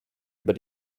über